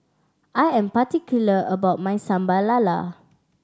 I am particular about my Sambal Lala